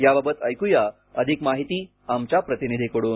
याबाबत अधिक माहिती आमच्या प्रतिनिधीकडून